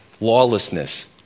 Lawlessness